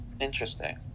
Interesting